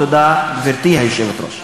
תודה, גברתי היושבת-ראש.